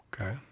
Okay